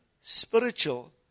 spiritual